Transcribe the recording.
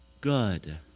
good